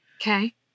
Okay